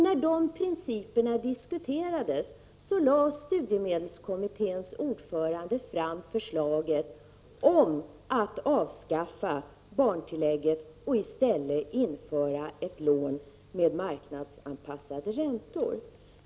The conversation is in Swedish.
När de principerna diskuterades lade studiemedelskommitténs ordförande fram förslaget om att avskaffa barntillägget och i stället införa ett lån med marknadsanpassade räntor.